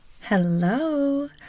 Hello